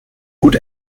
gut